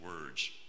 words